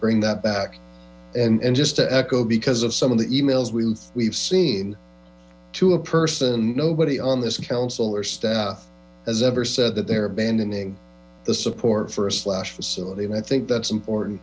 bring that back and just to echo because of some of the e mails we've we've seen to a person nobody on this council or staff has ever said that they're abandoning the support for a slash facility and i think that's important